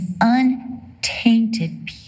untainted